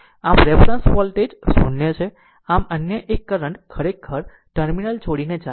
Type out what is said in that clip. આમ reference voltage 0 છે આમ અન્ય એક કરંટ ખરેખર આ ટર્મિનલ છોડીને જાય છે